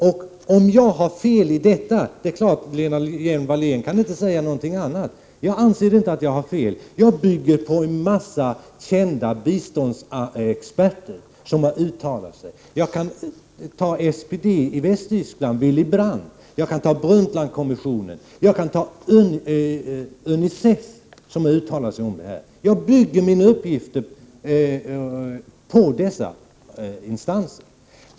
Det är klart, Lena Hjelm-Wallén kan inte säga någonting annat än att jag har fel i detta. Jag anser dock inte att jag har fel. Jag bygger detta på uttalanden av en mängd kända biståndsexperter. Jag kan som exempel ta SPD i Västtyskland, Willy Brandt, Brundtlandkommissionen och UNICEF. Jag grundar mina uppgifter på uttalanden från dessa.